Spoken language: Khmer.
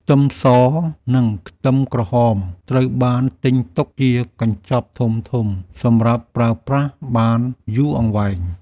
ខ្ទឹមស និងខ្ទឹមក្រហមត្រូវបានទិញទុកជាកញ្ចប់ធំៗសម្រាប់ប្រើប្រាស់បានយូរអង្វែង។